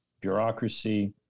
bureaucracy